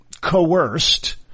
coerced